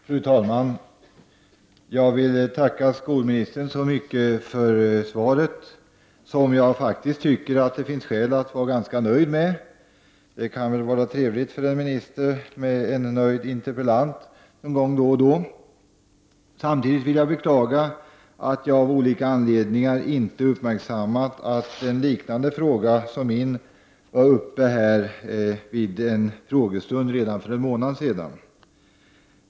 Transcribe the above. Fru talman! Jag tackar skolministern så mycket för svaret, som jag faktiskt tycker att det finns skäl att vara ganska nöjd med. Det kan väl vara trevligt för en minister med en nöjd interpellant någon gång då och då. Samtidigt vill jag beklaga att jag av olika anledningar inte har uppmärk sammat att en fråga liknande min interpellation togs upp vid en frågestund redan för en månad sedan.